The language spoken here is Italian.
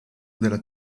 della